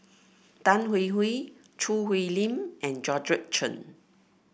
Tan Hwee Hwee Choo Hwee Lim and Georgette Chen